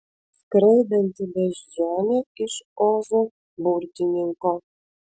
skraidanti beždžionė iš ozo burtininko